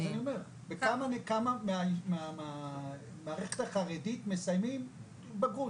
אז אני אומר בכמה מהמערכת החרדית מסיימים בגרות?